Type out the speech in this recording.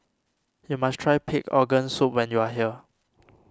you must try Pig Organ Soup when you are here